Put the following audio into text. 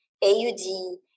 AUD